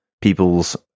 people's